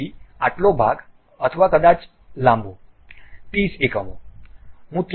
તેથી આટલો ભાગ અથવા કદાચ લાંબો 30 એકમો